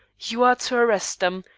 you are to arrest them,